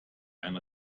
ein